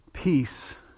Peace